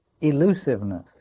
elusiveness